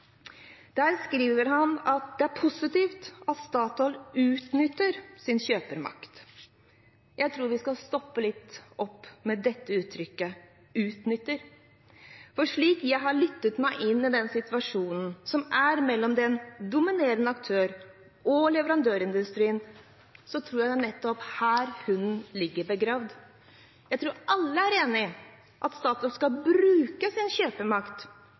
Der skriver han at det er positivt at Statoil utnytter sin kjøpermakt. Jeg tror vi skal stoppe litt opp ved uttrykket «utnytte», for slik jeg har lyttet til den situasjonen som er mellom den dominerende aktøren og leverandørindustrien, tror jeg det er nettopp her hunden ligger begravd. Jeg tror alle er enig i at Statoil skal bruke sin